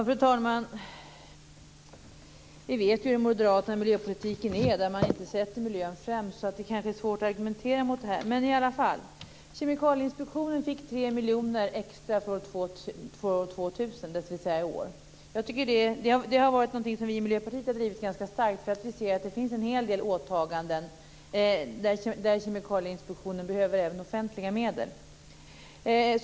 Fru talman! Vi vet ju hur den moderata miljöpolitiken är - man sätter inte miljön främst - så det kanske är svårt att argumentera mot här. 2000, dvs. för i år. Det är något som vi i Miljöpartiet har drivit ganska starkt. Vi ser att det finns en hel del åtaganden där Kemikalieinspektionen behöver även offentliga medel.